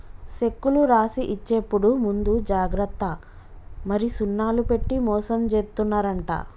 సెక్కులు రాసి ఇచ్చేప్పుడు ముందు జాగ్రత్త మరి సున్నాలు పెట్టి మోసం జేత్తున్నరంట